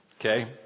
Okay